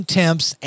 temps